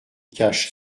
cache